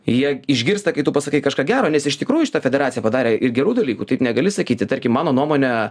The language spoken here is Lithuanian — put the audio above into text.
jie išgirsta kai tu pasakai kažką gero nes iš tikrųjų šita federacija padarė ir gerų dalykų taip negali sakyti tarkim mano nuomone